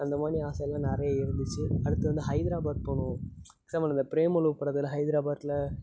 அந்த மாதிரி ஆசைல்லாம் நிறைய இருந்துச்சு அடுத்து வந்து ஹைதராபாத் போகணும் எக்ஸாம்பிள் இந்த பிரேமலு படத்தில் ஹைதராபாத்தில்